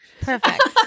perfect